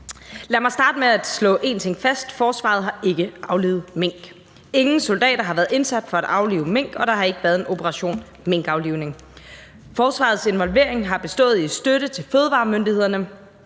Lad mig starte med at slå en ting fast: Forsvaret har ikke aflivet mink. Ingen soldater har været indsat for at aflive mink, og der har ikke været en operation minkaflivning. Forsvarets involvering har bestået i støtte til fødevaremyndighederne.